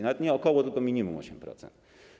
Nawet nie około, tylko minimum 8%.